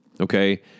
okay